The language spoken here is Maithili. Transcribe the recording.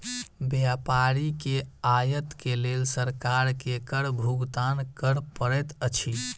व्यापारी के आयत के लेल सरकार के कर भुगतान कर पड़ैत अछि